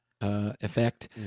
effect